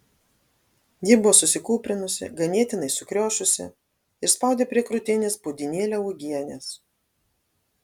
ji buvo susikūprinusi ganėtinai sukriošusi ir spaudė prie krūtinės puodynėlę uogienės